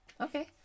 Okay